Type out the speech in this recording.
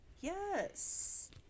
Yes